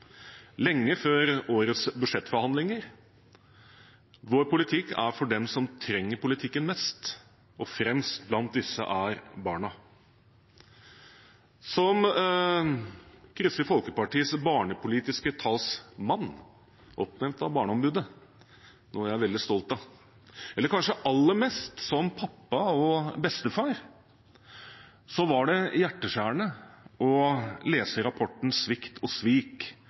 lenge før årets budsjettforhandlinger. Vår politikk er for dem som trenger politikken mest, og fremst blant disse er barna. Som Kristelig Folkepartis barnepolitiske talsmann, oppnevnt av barneombudet – noe jeg er veldig stolt av – eller kanskje aller mest som pappa og bestefar, var det hjerteskjærende å lese i rapporten Svikt og svik,